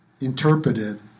interpreted